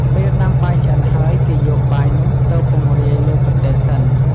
ពេលដាំបាយឆ្អិនហើយ គេយកបាយនោះទៅពង្រាយលើកន្ទេលសិន។